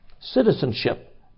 Citizenship